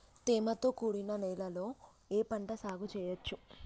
తేమతో కూడిన నేలలో ఏ పంట సాగు చేయచ్చు?